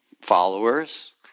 Followers